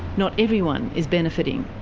not everyone is benefitting.